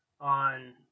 On